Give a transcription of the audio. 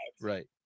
Right